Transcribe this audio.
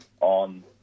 on